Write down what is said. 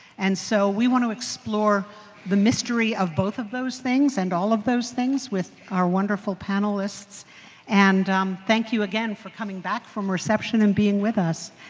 and so, we want to explore the mystery of both of those things. and all of those things. with our wonderful panelists and um thank you again for coming back from reception and being with us